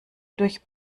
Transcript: durch